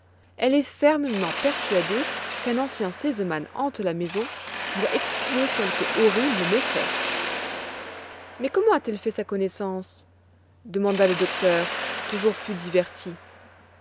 elle est fermement persuadée qu'un ancien sesemann hante la maison pour expier quelque horrible méfait mais comment a-t-elle fait sa connaissance demanda le docteur toujours plus diverti